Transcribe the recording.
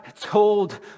told